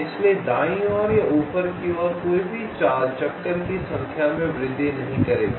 इसलिए दाईं ओर या ऊपर की ओर कोई भी चाल चक्कर की संख्या में वृद्धि नहीं करेगी